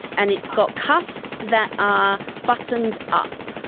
and it's got cuffs that are buttoned up.